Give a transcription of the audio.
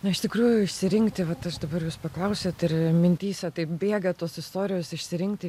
na iš tikrųjų išsirinkti vat aš dabar jūs paklausėt ir mintyse taip bėga tos istorijos išsirinkti